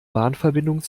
bahnverbindung